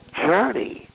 journey